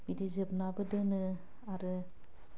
बिदि जोबनाबो दोनो आरो